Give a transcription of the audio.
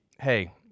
hey